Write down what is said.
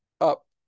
up